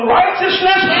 righteousness